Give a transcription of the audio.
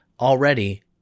already